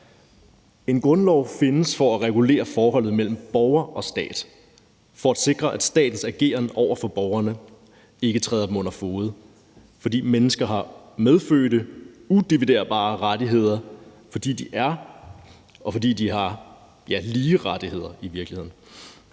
en grundlov findes for at regulere forholdet mellem borger og stat for at sikre, at statens ageren over for borgerne ikke træder dem under fode, for mennesker har medfødte udividerbare rettigheder – lige rettigheder. En